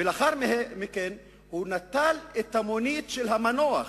ולאחר מכן נטל את המונית של המנוח,